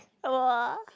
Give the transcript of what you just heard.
!wah!